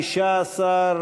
התשע"ה 2015,